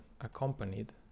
accompanied